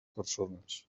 persones